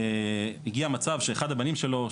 הגיע מצב שאחד הבנים שלו,